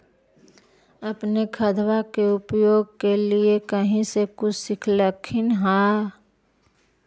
अपने खादबा के उपयोग के लीये कही से कुछ सिखलखिन हाँ?